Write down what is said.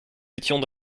étions